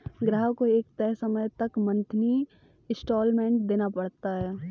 ग्राहक को एक तय समय तक मंथली इंस्टॉल्मेंट देना पड़ता है